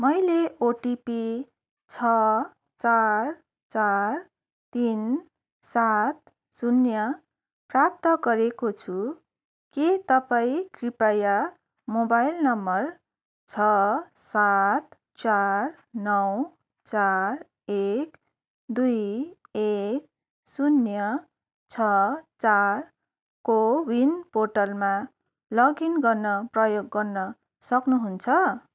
मैले ओटिपी छ चार चार तिन सात शून्य प्राप्त गरेको छु के तपाईँ कृपाय मोबाइल नम्बर छ सात चार नौ चार एक दुई एक शून्य छ चार को विन पोर्टलमा लगइन गर्न प्रयोग गर्न सक्नुहुन्छ